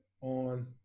on